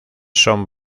son